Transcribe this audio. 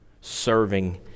serving